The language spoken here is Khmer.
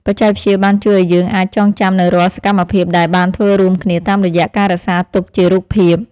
បច្ចេកវិទ្យាបានជួយឱ្យយើងអាចចងចាំនូវរាល់សកម្មភាពដែលបានធ្វើរួមគ្នាតាមរយៈការរក្សាទុកជារូបភាព។